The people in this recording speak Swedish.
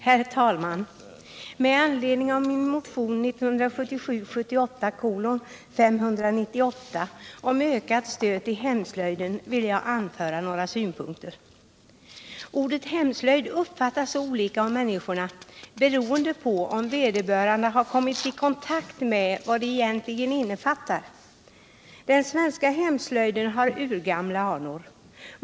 Herr talman! Med anledning av min motion 1977/78:598 om ökat stöd till hemslöjden vill jag framföra några synpunkter. Ordet hemslöjd uppfattas olika av olika människor, beroende på om vederbörande har kommit i kontakt med vad hemslöjden egentligen innefattar. Den svenska hemslöjden har urgamla anor.